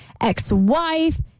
ex-wife